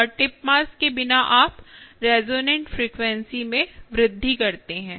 और tip mass के बिना आप रेजोनेंट फ्रीक्वेंसी में वृद्धि करते हैं